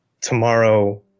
tomorrow